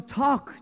talk